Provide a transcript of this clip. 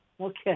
Okay